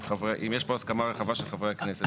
אם יש פה הסכמה רחבה של חברי הכנסת.